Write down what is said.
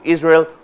Israel